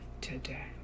today